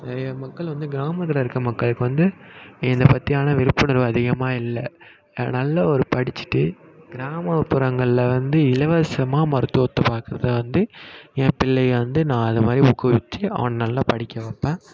நிறைய மக்கள் வந்து கிராமத்தில் இருக்கற மக்களுக்கு வந்து இதை பற்றியான விழிப்புணர்வு அதிகமாக இல்லை நல்ல ஒரு படித்துட்டு கிராமப்புறங்களில் வந்து இலவசமாக மருத்துவத்தை பார்க்குறதான் வந்து என் பிள்ளையை வந்து நான் அது மாதிரி ஊக்குவித்து அவனை நல்லா படிக்க வைப்பேன்